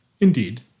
Indeed